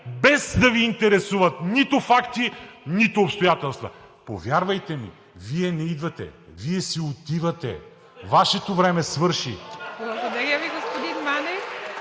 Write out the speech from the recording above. без да Ви интересуват нито факти, нито обстоятелства. Повярвайте ми, Вие не идвате, Вие си отивате. Вашето време (смях,